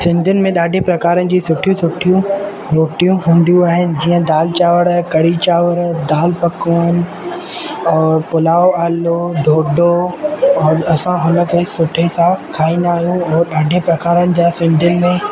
सिंधियुनि में ॾाढनि प्रकारनि जूं सुठियूं सुठियूं रोटियूं हूंदियूं आहिनि जीअं दाल चांवर कढ़ी चांवर दालि पकवान पुलाव आलू ढोढो औरि असां हुन खे सुठे सां खाईंदा आहियूं ऐं ॾाढे प्रकारनि जा सिंधियुनि में